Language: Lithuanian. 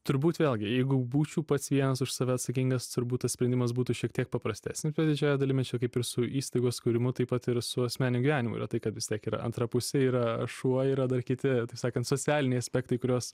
turbūt vėlgi jeigu būčiau pats vienas už save atsakingas turbūt tas sprendimas būtų šiek tiek paprastesnis bet didžiąja dalimi čia kaip ir su įstaigos kūrimu taip pat ir su asmeniniu gyvenimu yra tai kad vis tiek yra antra pusė yra šuo yra dar kiti taip sakant socialiniai aspektai kuriuos